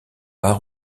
pas